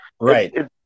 Right